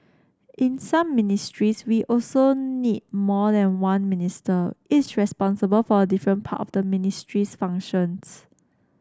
in some ministries we also need more than one minister each responsible for a different part of the ministry's functions